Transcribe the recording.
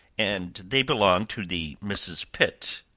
and they belonged to the misses pitt,